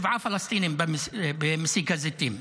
שבעה פלסטינים במסיק הזיתים,